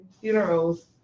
funerals